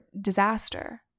disaster